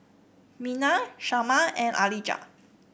Mina Shanna and Alijah